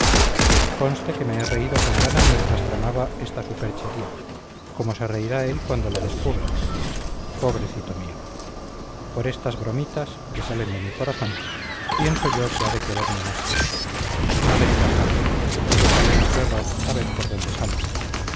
conste que me he reído con gana mientras tramaba esta superchería como se reirá él cuando la descubra pobrecito mío por estas bromitas que salen de mi corazón pienso yo que ha de quererme más no le digas nada déjale en su error a ver por dónde sale